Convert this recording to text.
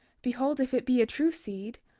behold, if it be a true seed,